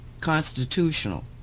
constitutional